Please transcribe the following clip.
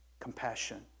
Compassion